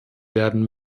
werden